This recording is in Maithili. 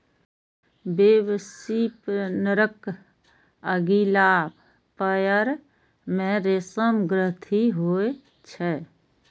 वेबस्पिनरक अगिला पयर मे रेशम ग्रंथि होइ छै